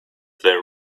their